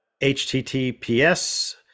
https